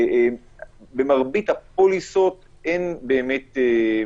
במרבית הפוליסות אין באמת התייחסות,